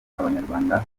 abanyarwanda